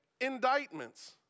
indictments